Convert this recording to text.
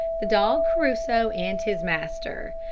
the dog crusoe and his master,